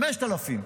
5,000,